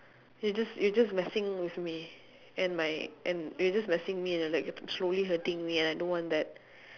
you're just you're just messing with me and my and you're just messing me and like slowly hurting me and I don't want that